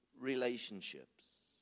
relationships